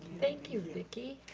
thank you, vicki.